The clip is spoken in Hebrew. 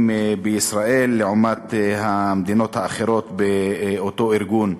בישראל לעומת המדינות האחרות באותו ארגון.